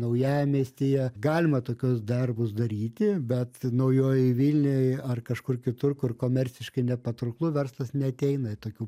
naujamiestyje galima tokius darbus daryti bet naujojoj vilnioj ar kažkur kitur kur komerciškai nepatrauklu verslas neateina į tokių